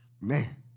man